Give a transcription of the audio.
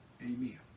Amen